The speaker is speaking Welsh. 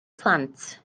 plant